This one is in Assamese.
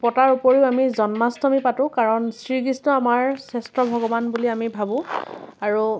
পতাৰ উপৰিও আমি জন্মষ্টামী পাতোঁ কাৰণ শ্ৰীকৃষ্ণ আমাৰ শ্ৰেষ্ঠ ভগৱান বুলি আমি ভাবোঁ আৰু